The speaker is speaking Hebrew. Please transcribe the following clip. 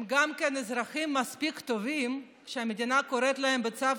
הם גם אזרחים מספיק טובים כשהמדינה קוראת להם בצו